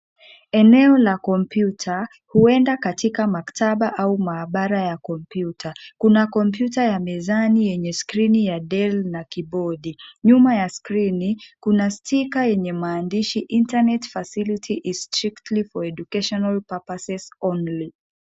Eneo la kompyuta, huenda katika maktaba au maabara ya kompyuta. Kuna kompyuta ya mezani yenye skrini ya Dell na keyboard . Nyuma ya skrini kuna sticker yenye maandishi, internet facility is strictly for educational purposes only .